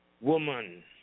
Woman